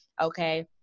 okay